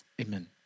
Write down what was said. amen